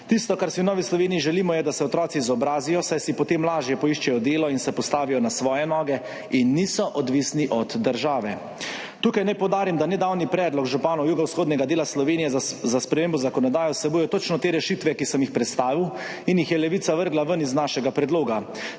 Tisto, kar si v Novi Sloveniji želimo, je, da se otroci izobrazijo, saj si potem lažje poiščejo delo in se postavijo na svoje noge in niso odvisni od države. Tukaj naj poudarim, da nedavni predlog županov jugovzhodnega dela Slovenije za spremembo zakonodaje vsebuje točno te rešitve, ki sem jih predstavil in jih je Levica vrgla ven iz našega predloga.